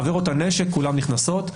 העבירות הנשק, כולן נכנסות.